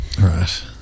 Right